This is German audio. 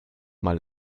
mal